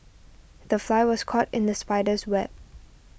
the fly was caught in the spider's web